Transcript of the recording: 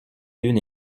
l’une